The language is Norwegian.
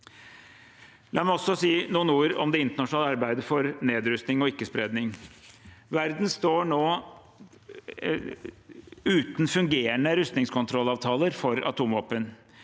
meg også si noen ord om det internasjonale arbeidet for nedrustning og ikke-spredning. Verden står nå uten fungerende rustningskontrollavtaler for atomvåpen.